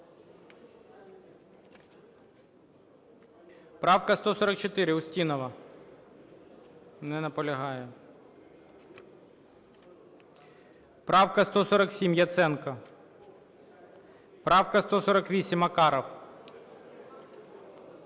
Правка 144, Устінова. Не наполягає. Правка 147, Яценко. Правка 148, Макаров.